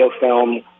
film